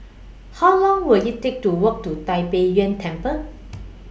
How Long Will IT Take to Walk to Tai Pei Yuen Temple